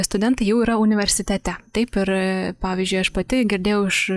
studentai jau yra universitete taip ir pavyzdžiui aš pati girdėjau iš